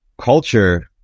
culture